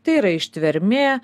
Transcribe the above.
tai yra ištvermė